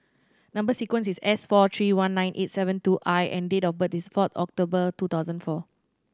number sequence is S four three one nine eight seven two I and date of birth is fourth October two thousand four